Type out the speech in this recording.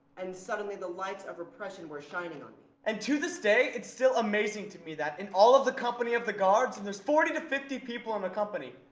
and suddenly, the lights of repression were shining ah and to this day, it's still amazing to me that in all of the company of the guards, and there's forty to fifty people in the company,